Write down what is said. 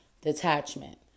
detachment